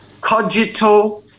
Cogito